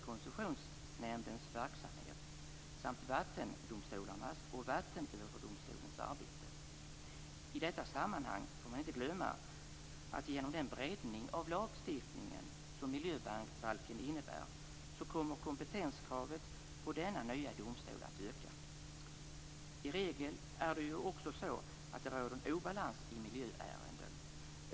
Koncessionsnämndens verksamhet samt vattendomstolarnas och vattenöverdomstolens arbete. I detta sammanhang får man inte glömma att genom den breddning av lagstiftningen som miljöbalken innebär kommer kompetenskravet på denna nya domstol att öka. I regel är det också så att det råder en obalans när det gäller miljöärenden.